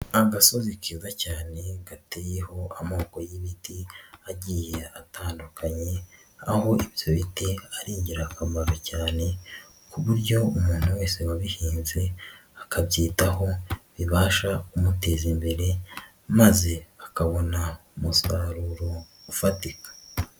Agasozi keza cyane gateyeho amoko y'ibiti agiye atandukanye, aho ibyo biti ari ingirakamaro cyane ku buryo umuntu wese wabihinze akabyitaho bibasha kumuteza imbere maze akabona umusaruro ufatika.